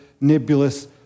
nebulous